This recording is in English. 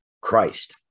Christ